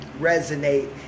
resonate